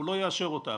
הוא לא יאשר אותה.